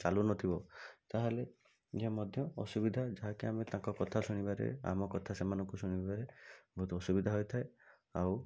ଚାଲୁନଥିବ ତା'ହେଲେ ଏ ମଧ୍ୟ ଅସୁବିଧା ଯାହା କି ଆମେ ତାଙ୍କ କଥା ଶୁଣିବାରେ ଆମ କଥା ସେମାନଙ୍କୁ ଶୁଣିବାରେ ବହୁତ ଅସୁବିଧା ହୋଇଥାଏ ଆଉ